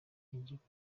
n’igihugu